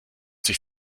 sich